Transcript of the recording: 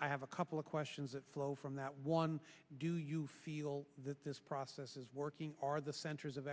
i have a couple of questions that flow from that one do you feel that this process is working are the centers of